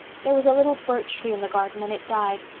there was a little birch tree in the garden and it died.